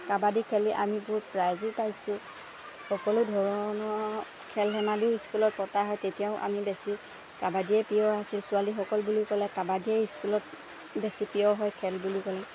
কাবাডী খেলি আমি বহুত প্ৰাইজো পাইছোঁ সকলো ধৰণৰ খেল ধেমালিও স্কুলত পতা হয় তেতিয়াও আমি বেছি কাবাডীয়ে প্ৰিয় আছিল ছোৱালীসকল বুলি ক'লে কাবাডীয়ে স্কুলত বেছি প্ৰিয় হয় খেল বুলি ক'লে